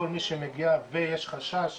כל מי שמגיע ויש חשש